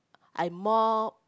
I mop